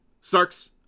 Starks